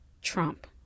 Trump